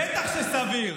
בטח שסביר.